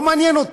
לא מעניין אותי.